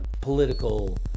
political